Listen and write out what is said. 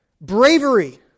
Bravery